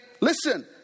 listen